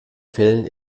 fällen